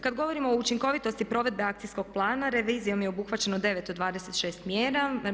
Kad govorimo o učinkovitosti provedbe Akcijskog plana, revizijom je obuhvaćeno 9 od 26 mjera.